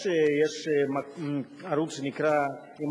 יש ערוץ שנקרא Jewish news network,